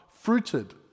fruited